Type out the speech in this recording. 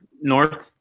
North